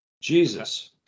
Jesus